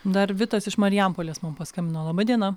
dar vitas iš marijampolės mum paskambino laba diena